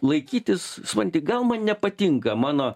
laikytis supranti gal man nepatinka mano